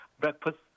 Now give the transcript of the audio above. breakfast